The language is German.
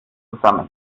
zusammen